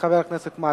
לחבר הכנסת מקלב,